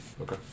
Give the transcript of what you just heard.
Okay